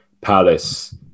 Palace